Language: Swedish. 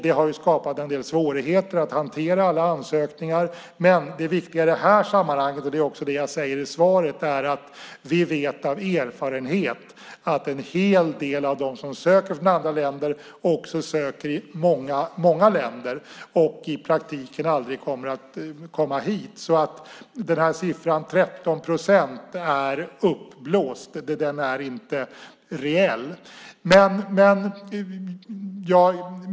Det har skapat en del svårigheter att hantera alla ansökningar, men det viktiga i det sammanhanget, och det är också det jag säger i svaret, är att vi vet av erfarenhet att en hel del av dem som söker från andra länder söker i många länder. I praktiken kommer de inte hit. Så siffran 13 procent är uppblåst. Den är inte reell.